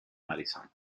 madison